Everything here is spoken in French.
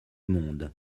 monde